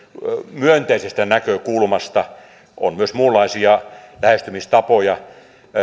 myönteisestä näkökulmasta on myös muunlaisia lähestymistapoja